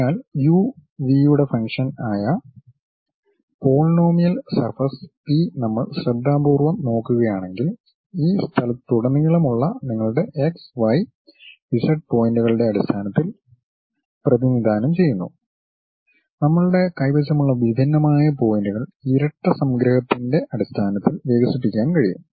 അതിനാൽ U V യുടെ function ആയ പോളിനോമിയൽ സർഫസ് പി നമ്മൾ ശ്രദ്ധാപൂർവ്വം നോക്കുകയാണെങ്കിൽ ഈ സ്ഥലത്തുടനീളമുള്ള നിങ്ങളുടെ എക്സ് വൈ ഇസഡ് പോയിന്റുകളുടെ അടിസ്ഥാനത്തിൽ പ്രതിനിധാനം ചെയ്യുന്നു നമ്മളുടെ കൈവശമുള്ള വിഭിന്നമായ പോയിന്റുകൾ ഇരട്ട സംഗ്രഹത്തിന്റെ അടിസ്ഥാനത്തിൽ വികസിപ്പിക്കാൻ കഴിയും